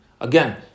Again